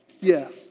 yes